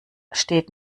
steht